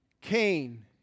Cain